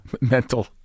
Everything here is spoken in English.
mental